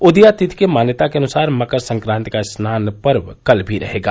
उदया तिथि के मान्यता के अनुसार मकर संक्रांति का स्नान पर्व कल भी रहेगा